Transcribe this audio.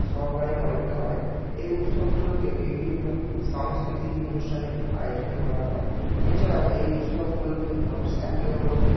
সহকারে পালিত হয় এই উৎসব উপলক্ষে বিভিন্ন সাংস্কৃতিক অনুষ্ঠানে আয়োজন করা হয় এছাড়াও এই উৎসব উপলক্ষে মানুষ একে অপরকে